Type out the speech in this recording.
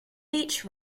each